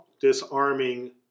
disarming